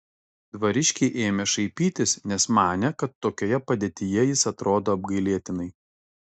dvariškiai ėmė šaipytis nes manė kad tokioje padėtyje jis atrodo apgailėtinai